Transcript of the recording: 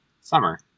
Summer